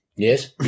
Yes